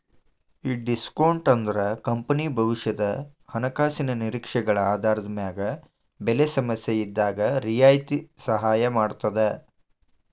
ಈ ಡಿಸ್ಕೋನ್ಟ್ ಅಂದ್ರ ಕಂಪನಿ ಭವಿಷ್ಯದ ಹಣಕಾಸಿನ ನಿರೇಕ್ಷೆಗಳ ಆಧಾರದ ಮ್ಯಾಗ ಬೆಲೆ ಸಮಸ್ಯೆಇದ್ದಾಗ್ ರಿಯಾಯಿತಿ ಸಹಾಯ ಮಾಡ್ತದ